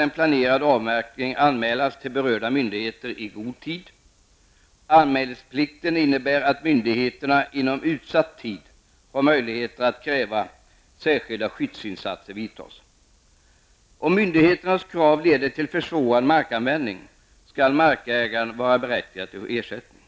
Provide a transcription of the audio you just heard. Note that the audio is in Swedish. En planerad avverkning skall anmälas till berörda myndigheter i god tid. Anmälningsplikten innebär att myndigheterna inom utsatt tid har möjlighet att kräva att särskilda skyddsinsatser vidtas. Om myndigheternas krav leder till försvårad markanvändning, skall markägaren vara berättigad till ersättning.